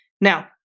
Now